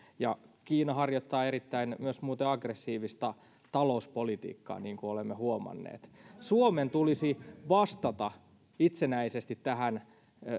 kiina harjoittaa myös muuten erittäin aggressiivista talouspolitiikkaa niin kuin olemme huomanneet suomen tulisi vastata itsenäisesti tähän